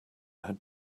had